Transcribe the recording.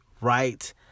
right